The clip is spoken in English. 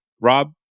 Rob